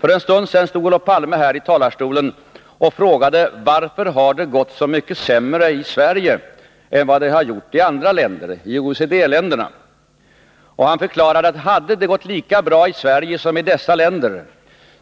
För en stund sedan stod Olof Palme här i talarstolen och frågade: Varför har det gått så mycket sämre i Sverige än vad det har gjort i andra länder, i OECD-länderna? Han förklarade att om det hade gått lika bra i Sverige som i dessa länder,